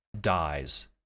dies